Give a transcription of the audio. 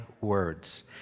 words